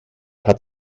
hat